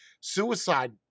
suicide